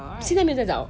现在没有在找